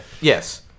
Yes